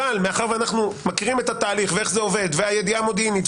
אבל מאחר ואנחנו מכירים את התהליך ואיך זה עובד והידיעה המודיעינית,